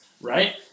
right